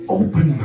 open